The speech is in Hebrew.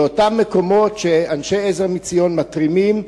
לאותם מקומות שאנשי "עזר מציון" מתרימים,